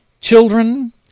children